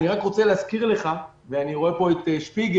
אני רק רוצה להזכיר לך ואני רואה פה את שפיגל